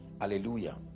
hallelujah